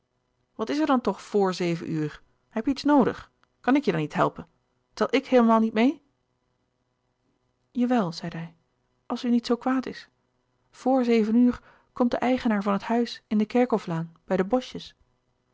wat is er dan toch vor zeven uur heb je iets noodig kan ik je dan niet helpen tel ik heelemaal niet meê jawel zeide hij als u niet zoo kwaad is vor zeven uur komt de eigenaar van het huis in de kerkhoflaan bij de boschjes